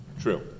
True